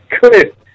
Good